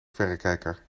verrekijker